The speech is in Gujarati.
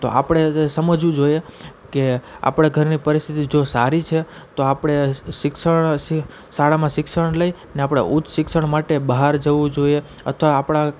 તો આપણે સમજવું જોઈએ કે આપણાં ઘરની પરિસ્થિતિ જો સારી છે તો આપણે શિક્ષણ શાળામાં શિક્ષણ લઈ અને આપણે ઉચ્ચ શિક્ષણ માટે બહાર જવું જોઈએ અથવા આપણા